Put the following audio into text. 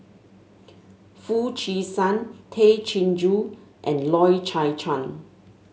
Foo Chee San Tay Chin Joo and Loy Chye Chuan